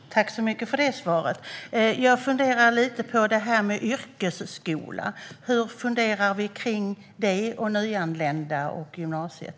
Herr talman! Jag vill tacka för det svaret. Jag funderar lite på det här med yrkesskola. Hur funderar vi kring det och nyanlända och gymnasiet?